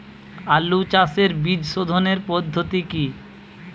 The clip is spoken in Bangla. আলু চাষের বীজ সোধনের পদ্ধতি কি?